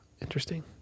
Interesting